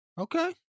Okay